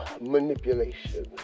manipulation